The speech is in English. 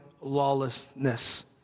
lawlessness